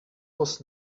was